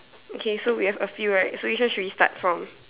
okay so we have a few right so which one should we start from